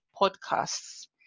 podcasts